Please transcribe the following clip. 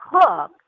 cook